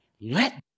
Let